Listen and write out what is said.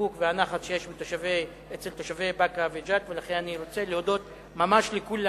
הסיפוק והנחת שיש אצל תושבי באקה וג'ת ולכן אני רוצה להודות ממש לכולם.